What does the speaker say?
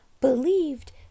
believed